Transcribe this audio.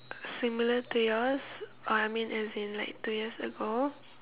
similar to yours uh I mean as in like two years ago